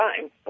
time